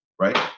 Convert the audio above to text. right